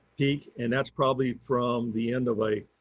peak, and that's probably from the end of a